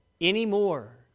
anymore